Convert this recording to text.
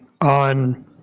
on